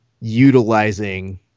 utilizing